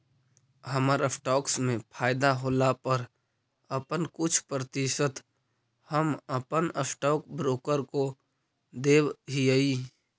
हमर स्टॉक्स में फयदा होला पर अपन कुछ प्रतिशत हम अपन स्टॉक ब्रोकर को देब हीअई